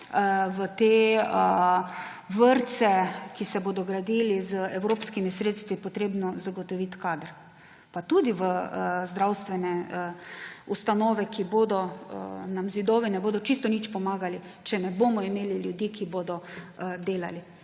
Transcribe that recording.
v te vrtce, ki se bodo gradili z evropskimi sredstvi, treba zagotoviti kader. Pa tudi v zdravstvene ustanove, ki bodo, nam zidovi ne bodo čisto nič pomagali, če ne bomo imeli ljudi, ki bodo delali.